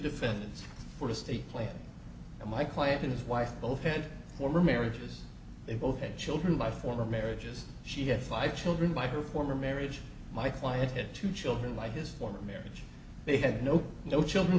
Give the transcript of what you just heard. defendants for just the plan and my client and his wife both head for marriages they both had children by former marriages she had five children by her former marriage my client had two children like his former marriage they had no no children